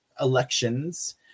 elections